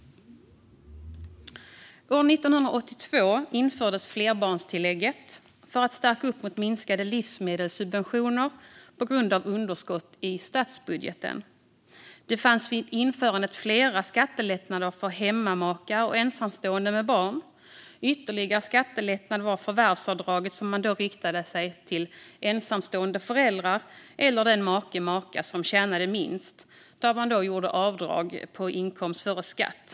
År 1982 infördes flerbarnstillägget för att stärka upp mot minskade livsmedelssubventioner på grund av underskott i statsbudgeten. Det fanns vid införandet flera skattelättnader för hemmamakar och ensamstående med barn. En ytterligare skattelättnad var förvärvsavdraget som då riktade sig till ensamstående föräldrar eller den make/maka som tjänade minst. Man gjorde då avdrag på inkomst före skatt.